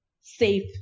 safe